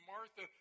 Martha